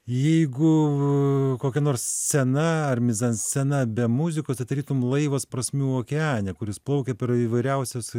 jeigu kokia nors scena ar mizanscena be muzikos tai tarytum laivas prasmių okeane kuris plaukia per įvairiausius